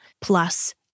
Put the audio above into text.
plus